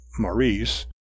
Maurice